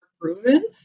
proven